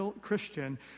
Christian